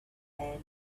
and